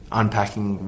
unpacking